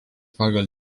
pagal